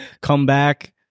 comeback